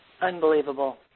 Unbelievable